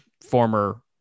former